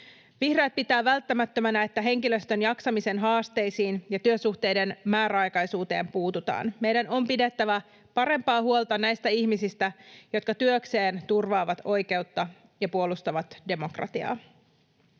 Vihreät pitävät välttämättömänä, että henkilöstön jaksamisen haasteisiin ja työsuhteiden määräaikaisuuteen puututaan. Meidän on pidettävä parempaa huolta näistä ihmisistä, jotka työkseen turvaavat oikeutta ja puolustavat demokratiaa.